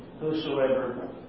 Whosoever